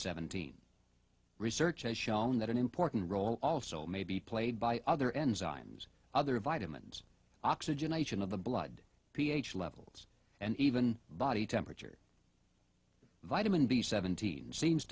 seventeen research has shown that an important role also may be played by other enzymes other vitamins oxygenation of the blood ph levels and even body temperature vitamin b seventeen seems